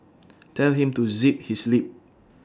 tell him to zip his lip